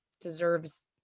deserves